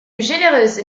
généreuse